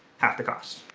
half the cost.